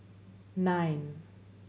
nine